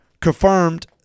confirmed